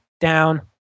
down